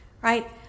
right